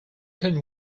can